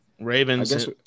Ravens